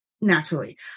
naturally